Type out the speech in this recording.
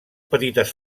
petites